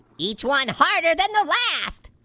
each one harder than the last,